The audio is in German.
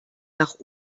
nach